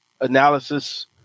analysis